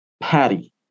Patty